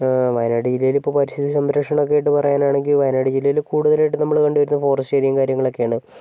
വയനാട് ജില്ലയിലെ ഇപ്പോൾ പരിസ്ഥിതി സംരക്ഷണം ഒക്കെയായിട്ട് പറയാനാണെങ്കിൽ വയനാട് ജില്ലയിൽ കൂടുതലായിട്ട് നമ്മൾ കണ്ടുവരുന്നത് ഫോറസ്റ്റ് ഏരിയയും കാര്യങ്ങളൊക്കെയാണ്